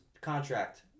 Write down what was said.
contract